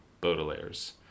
baudelaire's